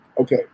okay